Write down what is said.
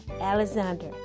Alexander